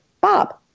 Bob